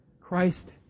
Christ